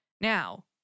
Now